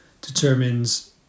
determines